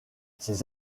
ces